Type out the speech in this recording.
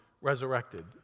resurrected